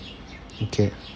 okay